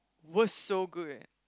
what's so good